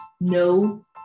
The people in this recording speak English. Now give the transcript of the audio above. No